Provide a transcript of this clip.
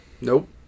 Nope